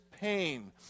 pain